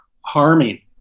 harming